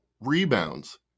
rebounds